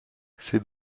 c’est